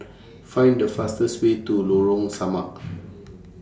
Find The fastest Way to Lorong Samak